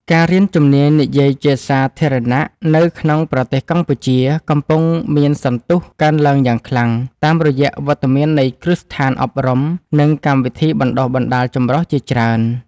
ការរៀនជំនាញនិយាយជាសាធារណៈនៅក្នុងប្រទេសកម្ពុជា កំពុងមានសន្ទុះកើនឡើងយ៉ាងខ្លាំង តាមរយៈវត្តមាននៃគ្រឹះស្ថានអប់រំ និងកម្មវិធីបណ្ដុះបណ្ដាលចម្រុះជាច្រើន។